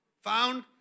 found